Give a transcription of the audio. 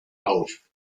auf